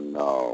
no